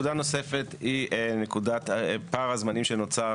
נקודה נוספת היא פער הזמנים שנוצר